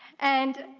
and